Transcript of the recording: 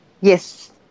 yes